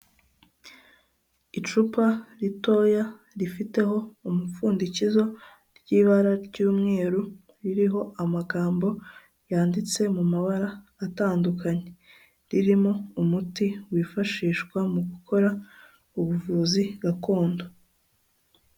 Icupa ritoya rifiteho umupfundikizo ry'ibara ry'umweru, ririho amagambo yanditse mu mabara atandukanye, ririmo umuti wifashishwa mu gukora ubuvuzi gakondo.